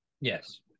Yes